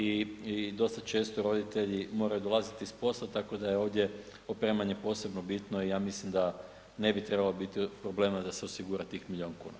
I dosta često roditelji moraju dolaziti iz posla tako da je ovdje opremanje posebno bitno i ja mislim da ne bi trebalo biti problema da se osigura tih milijun kuna.